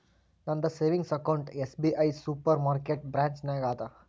ನಂದ savings account SBI supermarket branch ನಾಗ್ ಅದಾ